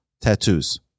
tattoos